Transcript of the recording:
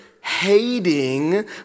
hating